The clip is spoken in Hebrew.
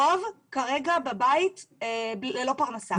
הרוב יושבים כרגע בבית ללא פרנסה.